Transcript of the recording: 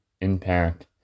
impact